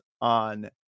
on